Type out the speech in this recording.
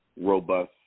robust